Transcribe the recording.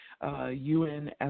UN